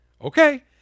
Okay